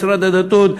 משרד הדתות,